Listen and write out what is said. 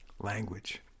Language